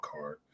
card